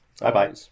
Bye-bye